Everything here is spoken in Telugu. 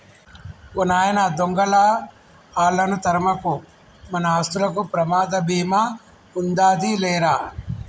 ఓ నాయన దొంగలా ఆళ్ళను తరమకు, మన ఆస్తులకు ప్రమాద భీమా ఉందాది లేరా